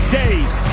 days